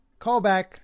callback